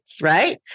right